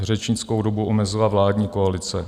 Řečnickou dobu omezila vládní koalice.